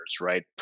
right